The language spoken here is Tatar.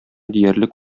диярлек